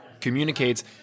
communicates